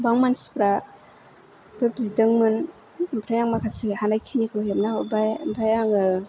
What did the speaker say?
गोबां मानसिफ्राबो बिदोंमोन ओमफ्राय आं माखासे हानायखिनिखौ आं हेबना हरबाय ओमफ्राय आङो